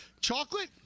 Chocolate